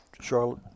Charlotte